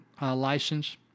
license